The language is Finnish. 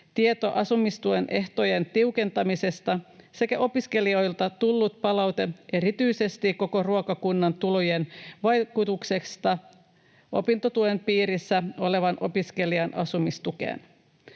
tieto asumistuen ehtojen tiukentamisesta sekä opiskelijoilta tullut palaute erityisesti koko ruokakunnan tulojen vaikutuksesta opintotuen piirissä olevan opiskelijan asumistukeen.